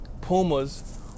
pumas